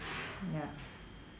ya